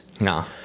No